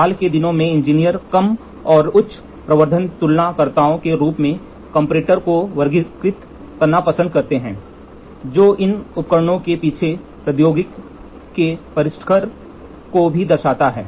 हाल के दिनों में इंजीनियर कम और उच्च प्रवर्धन तुलना कर्ताओं के रूप में कंपैरेटर को वर्गीकृत करना पसंद करते हैं जो इन उपकरणों के पीछे प्रौद्योगिकी के परिष्कार को भी दर्शाता है